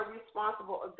responsible